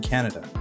Canada